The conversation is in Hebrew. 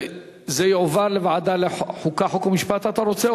זה יועבר לוועדת החוקה, חוק ומשפט, אתה רוצה?